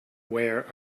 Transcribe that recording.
where